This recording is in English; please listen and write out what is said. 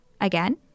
Again